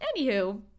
Anywho